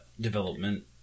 development